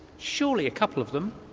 surely a couple of them?